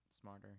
smarter